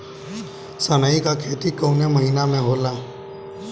सनई का खेती कवने महीना में होला?